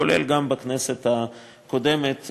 כולל בכנסת הקודמת,